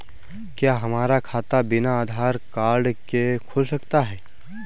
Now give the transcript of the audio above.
क्या हमारा खाता बिना आधार कार्ड के खुल सकता है?